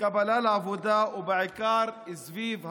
בקבלה לעבודה ובעיקר סביב ההיריון.